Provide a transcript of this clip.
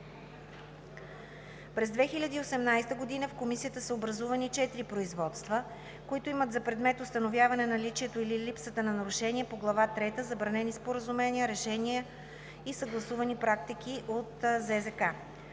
През 2018 г. в Комисията са образувани четири производства, които имат за предмет установяване наличието или липсата на нарушение по Глава трета Забранени споразумения, решения и съгласувани практики от ЗЗК,